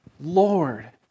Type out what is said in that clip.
Lord